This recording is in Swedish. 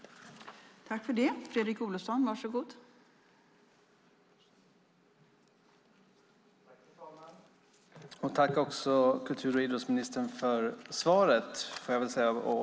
Då Hans Ekström, som framställt interpellationen, anmält att han var förhindrad att närvara vid sammanträdet medgav förste vice talmannen att Fredrik Olovsson i stället fick delta i överläggningen.